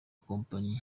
kompanyi